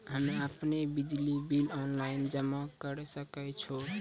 हम्मे आपनौ बिजली बिल ऑनलाइन जमा करै सकै छौ?